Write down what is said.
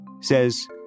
says